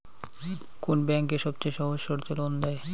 কোন ব্যাংক সবচেয়ে সহজ শর্তে লোন দেয়?